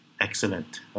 excellent